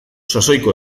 sasoiko